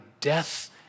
death